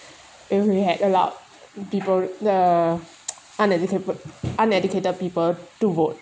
if we had allowed people the uneducated uneducated people to vote